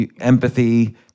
empathy